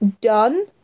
done